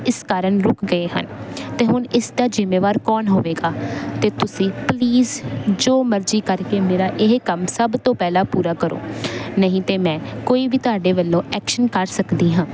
ਇਸ ਕਾਰਨ ਰੁੱਕ ਗਏ ਹਨ ਅਤੇ ਹੁਣ ਇਸ ਦਾ ਜ਼ਿੰਮੇਵਾਰ ਕੌਣ ਹੋਵੇਗਾ ਅਤੇ ਤੁਸੀਂ ਪਲੀਜ਼ ਜੋ ਮਰਜ਼ੀ ਕਰਕੇ ਮੇਰਾ ਇਹ ਕੰਮ ਸਭ ਤੋਂ ਪਹਿਲਾਂ ਪੂਰਾ ਕਰੋ ਨਹੀਂ ਤਾਂ ਮੈਂ ਕੋਈ ਵੀ ਤੁਹਾਡੇ ਵੱਲੋਂ ਐਕਸ਼ਨ ਕਰ ਸਕਦੀ ਹਾਂ